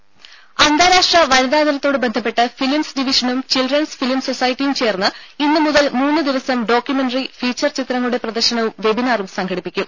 രും അന്താരാഷ്ട്ര വനിതാ ദിനത്തോട് ബന്ധപ്പെട്ട് ഫിലിംസ് ഡിവിഷനും ചിൽഡ്രൻസ് ഫിലിം സൊസൈറ്റിയും ചേർന്ന് ഇന്ന് മുതൽ മൂന്ന് ദിവസം ഡോക്യുമെന്ററി ഫീച്ചർ ചിത്രങ്ങളുടെ പ്രദർശനവും വെബ്ബിനാറും സംഘടിപ്പിക്കും